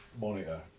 monitor